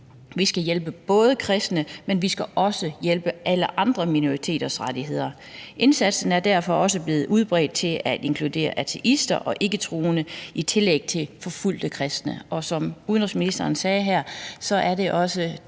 Vi skal hjælpe kristne, men vi skal også hjælpe alle andre minoriteter med deres rettigheder. Indsatsen er derfor også blevet udbredt til at inkludere ateister og ikketroende i tillæg til forfulgte kristne. Og som udenrigsministeren sagde her, er det også